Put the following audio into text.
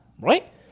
right